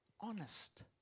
honest